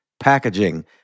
packaging